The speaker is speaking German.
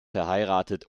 verheiratet